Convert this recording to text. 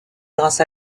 grâce